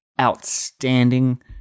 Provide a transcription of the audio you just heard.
outstanding